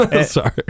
Sorry